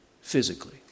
physically